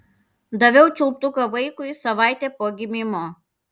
daviau čiulptuką vaikui savaitė po gimimo